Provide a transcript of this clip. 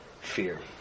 fear